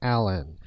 Allen